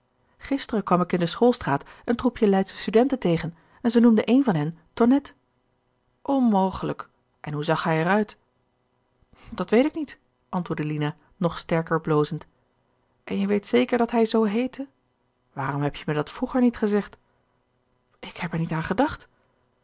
gisteren kwam ik in de schoolstraat een troepje leidsche studenten tegen en zij noemden een van hen tonnette onmogelijk en hoe zag hij er uit dat weet ik niet antwoordde lina nog sterker blozend en je weet zeker dat hij zoo heette waarom heb-je me dat vroeger niet gezegd ik heb er niet aan gedacht